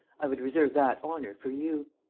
i would reserve that honour for you.